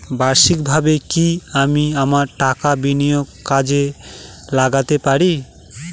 বার্ষিকভাবে কি আমি আমার টাকা বিনিয়োগে কাজে লাগাতে পারি?